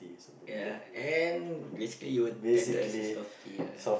ya and basically you will title as a softie ah